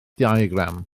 diagram